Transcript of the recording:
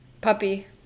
Puppy